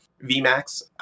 V-Max